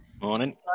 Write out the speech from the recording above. Morning